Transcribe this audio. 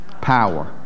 Power